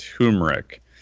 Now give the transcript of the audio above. turmeric